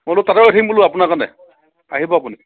মই বোলো তাতে ৰৈ থাকিম বোলা আপোনাৰ কাৰণে আহিব আপুনি